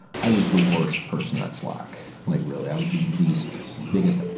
i was the worst person at slack, like really. i was the least biggest